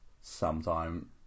sometime